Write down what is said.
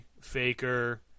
Faker